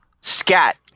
Scat